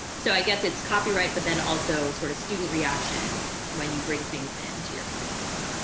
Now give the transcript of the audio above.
so i guess it's copyright, but then also sort of student reactions when you bring things into your courses.